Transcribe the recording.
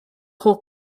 whole